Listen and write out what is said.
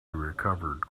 recovered